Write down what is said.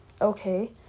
okay